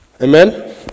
Amen